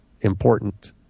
important